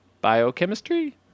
biochemistry